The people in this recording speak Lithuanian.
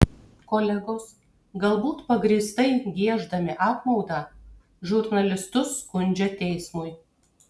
kolegos galbūt pagrįstai gieždami apmaudą žurnalistus skundžia teismui